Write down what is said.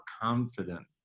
confident